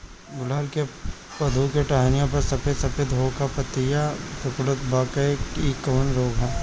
गुड़हल के पधौ के टहनियाँ पर सफेद सफेद हो के पतईया सुकुड़त बा इ कवन रोग ह?